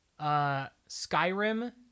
Skyrim